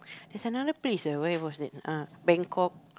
there's another place ah where was that ah Bangkok